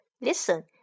Listen